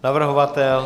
Navrhovatel?